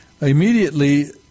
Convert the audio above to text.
immediately